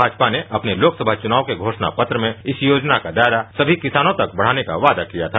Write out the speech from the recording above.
भाजपा ने अपने लोकसभा चुनाव के घोषणा पत्र में इस योजना का दायरा सभी किसानों तक बढ़ाने का वादा किया था